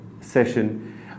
session